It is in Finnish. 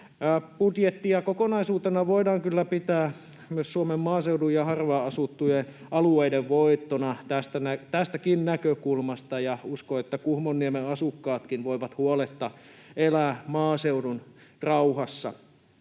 Budjettia kokonaisuutena voidaan kyllä pitää myös Suomen maaseudun ja harvaan asuttujen alueiden voittona tästäkin näkökulmasta, ja uskon, että Kuhmonniemen asukkaatkin voivat huoletta elää maaseudun rauhassa.